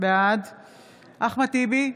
בעד אחמד טיבי,